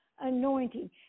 anointing